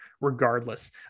regardless